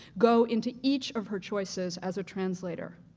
go into each of her choices as a translator.